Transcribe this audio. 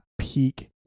peak